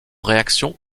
réaction